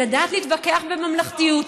לדעת להתווכח בממלכתיות,